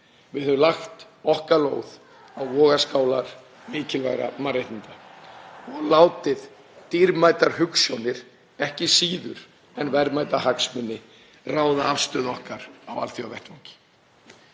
Við höfum lagt okkar lóð á vogarskálar mikilvægra mannréttinda og látið dýrmætar hugsjónir, ekki síður en verðmæta hagsmuni, ráða afstöðu okkar á alþjóðavettvangi.